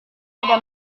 ada